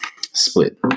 split